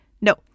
no